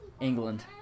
England